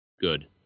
good